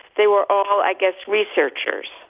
they were all, i guess, researchers.